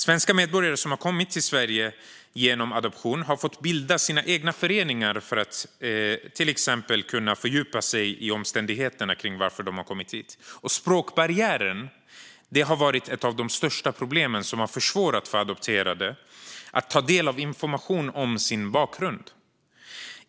Svenska medborgare som har kommit till Sverige genom adoption har fått bilda egna föreningar för att till exempel fördjupa sig i omständigheterna till varför de har kommit hit. Språkbarriären har varit ett av de största problemen som har försvårat för adopterade att ta del av information om sin bakgrund.